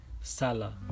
Salah